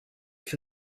for